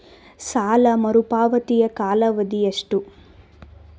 ಸಾಲ ಮರುಪಾವತಿಯ ಕಾಲಾವಧಿ ಎಷ್ಟು?